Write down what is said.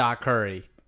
Curry